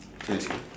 K let's go